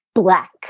Black